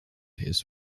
his